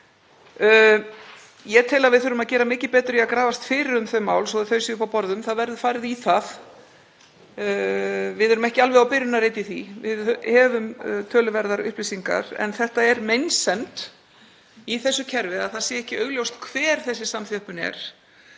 Ég tel að við þurfum að gera mikið betur í að grafast fyrir um þau mál svo að þau séu uppi á borðum. Það verður farið í það. Við erum ekki alveg á byrjunarreit í því. Við höfum töluverðar upplýsingar. En það er meinsemd í þessu kerfi að ekki sé augljóst hver þessi samþjöppun er